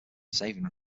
saving